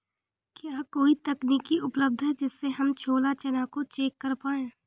क्या कोई तकनीक उपलब्ध है जिससे हम छोला चना को चेक कर पाए?